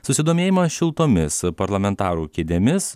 susidomėjimą šiltomis parlamentarų kėdėmis